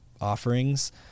offerings